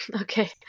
Okay